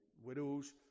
widows